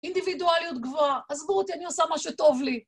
אינדיבידואליות גבוהה. אז בואו אותי, אני עושה מה שטוב לי.